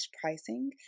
pricing